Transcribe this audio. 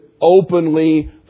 openly